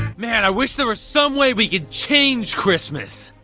man, i wish there was some way we could change christmas.